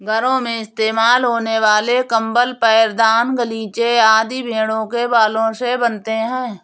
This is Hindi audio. घरों में इस्तेमाल होने वाले कंबल पैरदान गलीचे आदि भेड़ों के बालों से बनते हैं